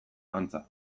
antza